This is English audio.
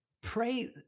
pray